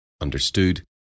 understood